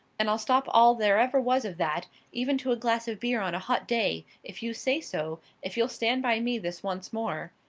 and i'll stop all there ever was of that even to a glass of beer on a hot day if you say so, if you'll stand by me this once more,